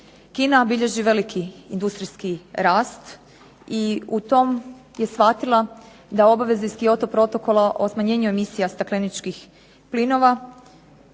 Kina bilježi veliki industrijski rast i u tom je shvatila da obaveze iz Kyoto protokola o smanjenju emisija stakleničkih plinova